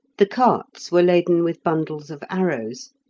the carts were laden with bundles of arrows,